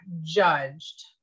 judged